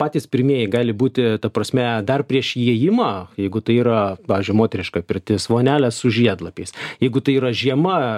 patys pirmieji gali būti ta prasme dar prieš įėjimą jeigu tai yra pavyzdžiui moteriška pirtis vonelė su žiedlapiais jeigu tai yra žiema